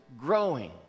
growing